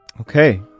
Okay